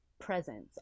presence